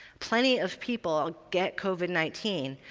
plenty of people get covid nineteen,